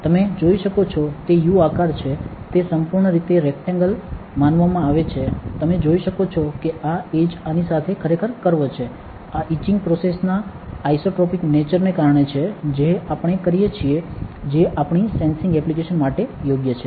તમે જોઈ શકો છો તે U આકાર છે તે સંપૂર્ણ રીતે રેક્ટેંગલ માનવામાં આવે છે તમે જોઈ શકો છો કે આ એડ્જ આની સાથે ખરેખર કર્વ છે આ ઇચીંગ પ્રોસેસના આઇસોટ્રોપિક નેચર ને કારણે છે જે આપણે કરીએ છીએ જે આપણી સેન્સિંગ એપ્લિકેશન માટે યોગ્ય છે